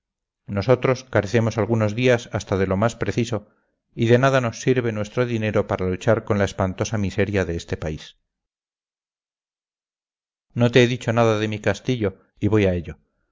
nosotros carecemos algunos días hasta de lo más preciso y de nada nos sirve nuestro dinero para luchar con la espantosa miseria de este país no te he dicho nada de mi castillo y voy a ello